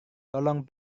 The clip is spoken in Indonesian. tolong